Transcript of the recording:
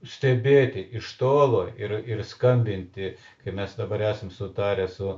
stebėti iš tolo ir ir skambinti kai mes dabar esam sutarę su